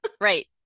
Right